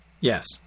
yes